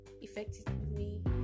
effectively